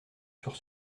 sur